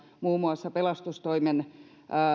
muun muassa pelastustoimen